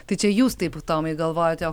tai čia jūs taip tomai galvojate o